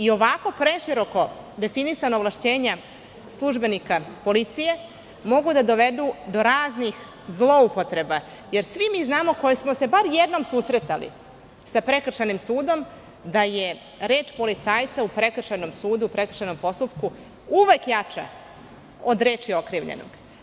Ovako preširoko definisana ovlašćenja službenika policije mogu da dovedu do raznih zloupotreba jer svi mi koji smo se bar jednom susretali sa Prekršajnim sudom, znamo da je reč policajca u prekršajnom postupku uvek jača od reči okrivljenog.